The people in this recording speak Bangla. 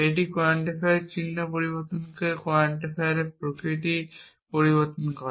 এটি কোয়ান্টিফায়ারের চিহ্ন পরিবর্তন করে কোয়ান্টিফায়ারের প্রকৃতি পরিবর্তন করে